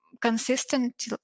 consistent